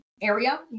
area